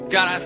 God